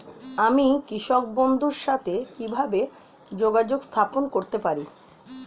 আমি কৃষক বন্ধুর সাথে কিভাবে যোগাযোগ স্থাপন করতে পারি?